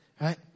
right